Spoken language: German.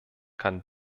kann